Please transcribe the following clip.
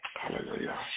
Hallelujah